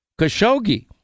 Khashoggi